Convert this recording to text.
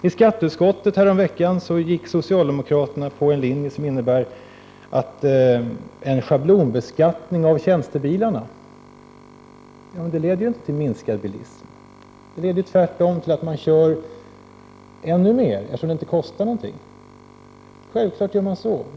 I skatteutskottet gick socialdemokraterna häromveckan på en linje som innebär en schablonbeskattning av tjänstebilarna. Men det leder ju inte till minskad bilism. Det leder tvärtom till att man kör ännu mer eftersom det inte kostar någonting — självfallet gör man så.